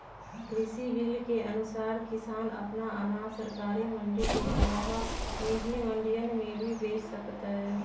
कृषि बिल के अनुसार किसान अपन अनाज सरकारी मंडी के अलावा निजी मंडियन में भी बेच सकतय